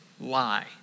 lie